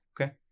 Okay